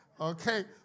Okay